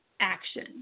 action